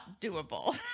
doable